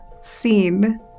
scene